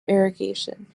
irrigation